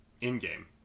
In-game